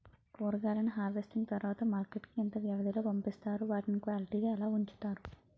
కూరగాయలను హార్వెస్టింగ్ తర్వాత మార్కెట్ కి ఇంత వ్యవది లొ పంపిస్తారు? వాటిని క్వాలిటీ గా ఎలా వుంచుతారు?